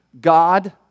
God